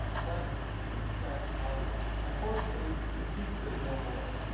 planets, from the sun outward. unfortunately, the pizza's no more.